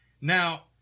Now